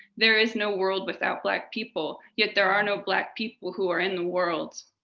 there is no world without black people, yet there are no black people who are in the world.